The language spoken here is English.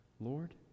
Lord